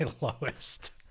lowest